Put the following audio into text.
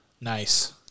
Nice